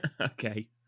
Okay